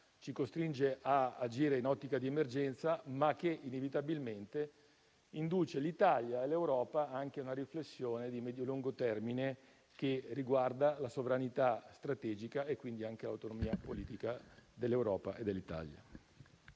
ci costringe ad agire in ottica di emergenza, ma che inevitabilmente induce l'Italia e l'Europa anche a una riflessione di medio-lungo termine che riguarda la sovranità strategica e anche l'autonomia politica dell'Europa e dell'Italia.